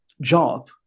job